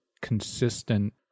consistent